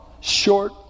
short